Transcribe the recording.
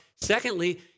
Secondly